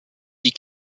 die